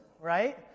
right